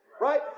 right